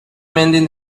mending